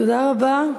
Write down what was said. תודה רבה.